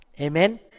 Amen